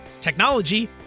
technology